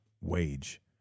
wage